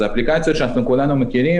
זה משהו שאולי אפשר לאתגר,